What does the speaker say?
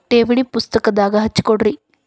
ಠೇವಣಿ ಪುಸ್ತಕದಾಗ ಹಚ್ಚಿ ಕೊಡ್ರಿ